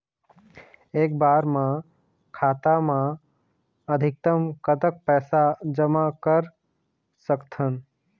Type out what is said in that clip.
एक बार मा खाता मा अधिकतम कतक पैसा जमा कर सकथन?